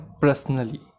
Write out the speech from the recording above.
personally